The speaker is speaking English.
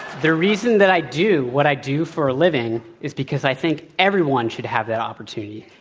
the reason that i do what i do for a living is because i think everyone should have that opportunity.